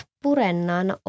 purennan